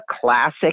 classic